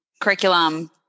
curriculum